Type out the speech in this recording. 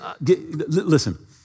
listen